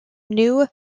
new